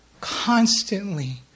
constantly